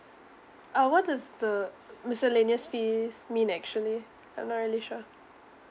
uh what does the uh miscellaneous fees mean actually I'm not really sure